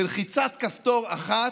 בלחיצת כפתור אחת,